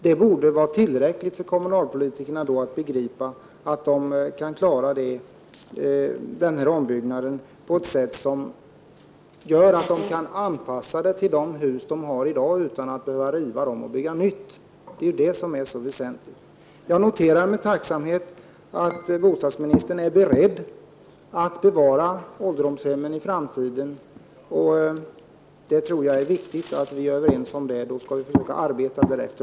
Detta borde vara tillräckligt för att få kommunalpolitikerna att begripa att de kan klara denna ombyggnad genom att anpassa de hus de har i dag utan att behöva riva dem och bygga nytt. Det är ju detta som är så väsentligt. Jag noterar med tacksamhet att bostadsministern är beredd att bevara ålderdomshemmen i framtiden. Jag tror att det är viktigt att vi är överens om detta och också försöker arbeta därefter.